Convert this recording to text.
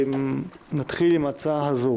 נתחיל עם ההצעה הזאת